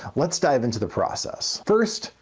lets dive into the process. first,